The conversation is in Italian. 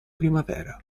primavera